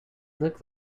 look